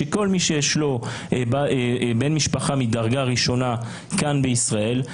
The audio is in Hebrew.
שכל מי שיש לו בן משפחה מדרגה ראשונה כאן בישראל,